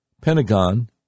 Pentagon